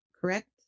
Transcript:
correct